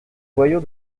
boyau